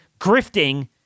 grifting